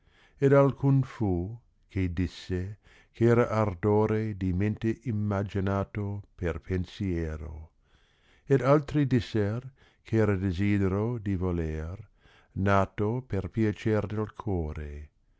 valore ed alcun fu che disse eh era ardore di mente immaginato per pensiero ed altri disser ch'era desidero di voler nato per piacer del core